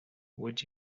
would